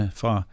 fra